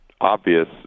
obvious